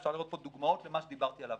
אפשר לראות פה דוגמאות למה שדיברתי עליו,